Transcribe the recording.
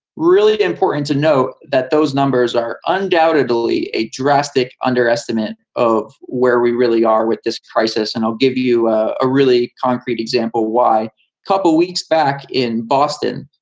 really important to note that those numbers are undoubtedly a drastic underestimate of where we really are with this crisis. and i'll give you a really concrete example. why couple of weeks back in boston,